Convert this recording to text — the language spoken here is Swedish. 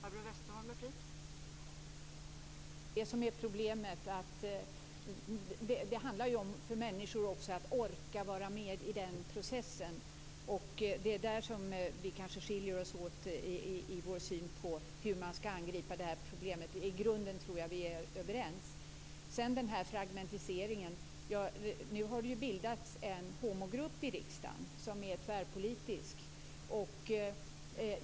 Fru talman! Det är just det som är problemet. Det handlar ju också om att människor skall orka vara med i den processen. I det avseendet kanske vi skiljer oss åt i fråga om synen på hur man skall angripa det här problemet. I grunden tror jag att vi är överens. När det gäller fragmentiseringen vill jag säga att det nu har bildats en tvärpolitisk homogrupp i riksdagen.